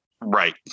Right